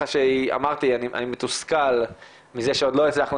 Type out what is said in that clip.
שאמרתי שאני מתוסכל מכך שעוד לא הצלחנו